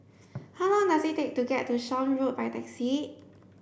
how long does it take to get to Shan Road by taxi